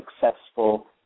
successful